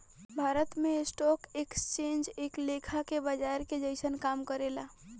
भारत में stock exchange एक लेखा से बाजार के जइसन काम करेला